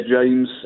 James